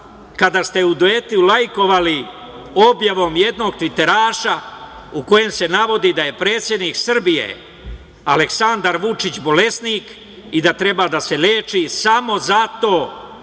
kada ste u duetu lajkovali objavom jednog tviteraša u kojem se navodi da je predsednik Srbije Aleksandar Vučić, bolesnik i da treba da se leči samo zato